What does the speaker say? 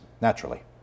naturally